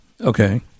Okay